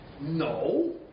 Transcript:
No